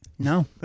No